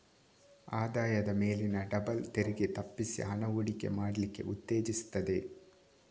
ಆದಾಯದ ಮೇಲಿನ ಡಬಲ್ ತೆರಿಗೆ ತಪ್ಪಿಸಿ ಹಣ ಹೂಡಿಕೆ ಮಾಡ್ಲಿಕ್ಕೆ ಉತ್ತೇಜಿಸ್ತದೆ